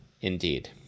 Indeed